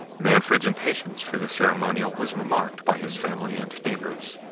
manfred's impatience for this ceremonial was remarked by his family and neighbours.